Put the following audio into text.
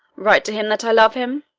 write to him that i love him